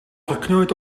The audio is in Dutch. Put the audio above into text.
geknoeid